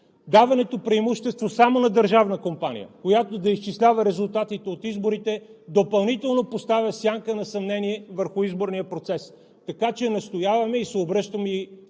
Даването на преимущество само на държавна компания, която да изчислява резултатите от изборите, допълнително поставя сянка на съмнение върху изборния процес. Настояваме и се обръщаме и